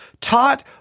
taught